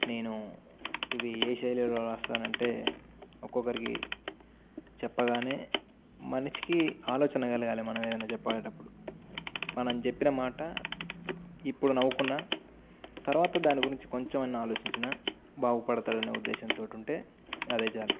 నేను ఇవి ఏ శైలిలో రాస్తానంటే ఒక్కొక్కరికి చెప్పగానే మనిషికి ఆలోచన కలగాలి మనం ఏదైనా చెప్పాలి అనేటప్పుడు మనం చెెప్పిన మాట ఇప్పుడు నవ్వుకున్నా తర్వాత దాని గురించి కొంచెమైనా ఆలోచించిన బాగుపడతారనే ఉద్దేశంతోటి ఉంటే అదే చాలు